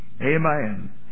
Amen